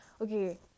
okay